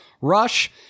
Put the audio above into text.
Rush